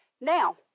Now